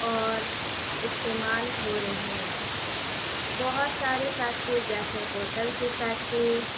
اور استعمال ہو رہی ہیں بہت ساری فیکٹری جیسے بوتل کی فیکٹری